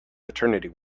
maternity